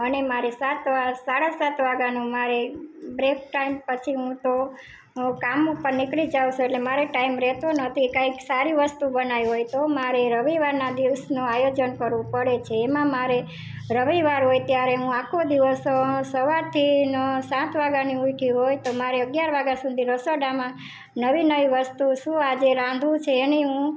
અને મારે સાત વાગ સાડા સાત વાગ્યાનું મારે બ્રેક ટાઈમ પછી હું તો હું કામ ઉપર નીકળી જાઉં છું એટલે મારે ટાઈમ રહેતો નથી કંઈક સારી વસ્તુ બનાવી હોય તો મારે રવિવારના દિવસનું આયોજન કરવું પડે છે એમાં મારે રવિવાર હોય ત્યારે હું આખો દિવસ સવારથીને સાત વાગ્યાની ઉઠી હોય તો મારે અગિયાર વાગ્યા સુધી રસોડામાં નવી નવી વસ્તુ શું આજે રાંધવું છે એની હું